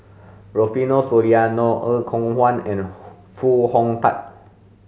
Rufino Soliano Er Kwong Wah and Hoo Foo Hong Tatt